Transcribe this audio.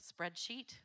spreadsheet